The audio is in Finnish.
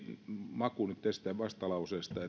maku nyt tästä vastalauseesta